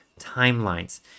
timelines